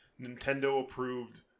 Nintendo-approved